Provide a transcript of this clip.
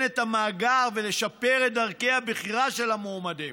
את המאגר ולשפר את דרכי הבחירה של המועמדים,